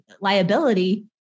liability